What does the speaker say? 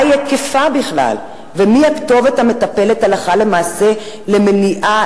מה הוא היקפה בכלל ומי הכתובת המטפלת הלכה למעשה במניעה,